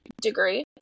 degree